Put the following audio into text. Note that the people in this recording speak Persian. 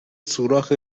سوراخ